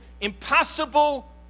impossible